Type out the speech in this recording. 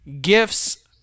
gifts